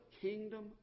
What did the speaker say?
kingdom